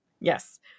Yes